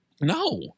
no